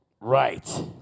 Right